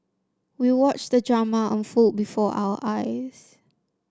we watched the drama unfold before our eyes